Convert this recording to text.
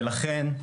ולכן,